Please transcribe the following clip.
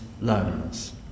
loans